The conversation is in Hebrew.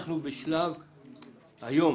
אנחנו היום